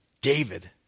David